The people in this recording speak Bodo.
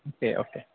अके अके